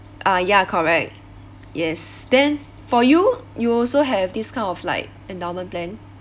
ah ya correct yes then for you you also have this kind of like endowment plan